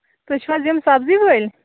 تُہۍ چھِو حظ یِم سَبزی وٲلۍ